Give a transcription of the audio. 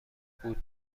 بود